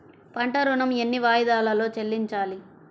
పంట ఋణం ఎన్ని వాయిదాలలో చెల్లించాలి?